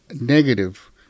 negative